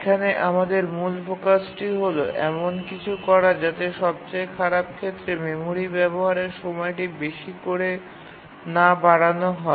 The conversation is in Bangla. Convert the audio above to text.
এখানে আমাদের মূল ফোকাসটি হল এমন কিছু করা যাতে সবচেয়ে খারাপ ক্ষেত্রে মেমরি ব্যাবহারের সময়টি বেশি করে না বাড়ানো হয়